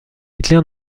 hitler